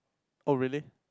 oh really